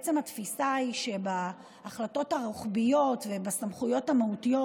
בעצם התפיסה היא שבהחלטות הרוחביות ובסמכויות המהותיות,